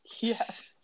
Yes